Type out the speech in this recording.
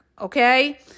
okay